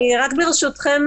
ברשותכם,